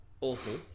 Awful